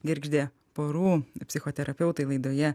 girgždė porų psichoterapeutai laidoje